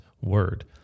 word